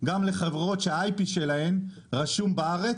גם לחברות שה-IP שלהן רשום בארץ.